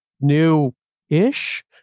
new-ish